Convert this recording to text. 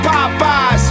Popeyes